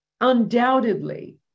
Undoubtedly